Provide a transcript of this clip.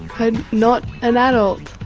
i'm not an adult.